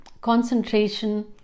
concentration